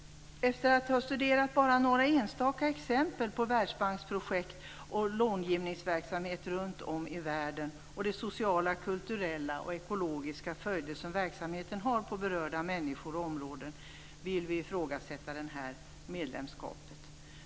Efter att ha studerat några enstaka exempel på Världsbanksprojekt och långivningsverksamhet runt om i världen och de sociala, kulturella och ekologiska följder som verksamheten har på berörda människor och områden vill vi ifrågasätta medlemskapet.